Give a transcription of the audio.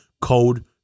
code